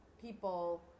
people